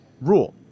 rule